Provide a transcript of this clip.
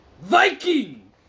VIKING